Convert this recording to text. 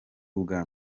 ubwa